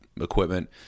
equipment